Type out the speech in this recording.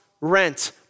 rent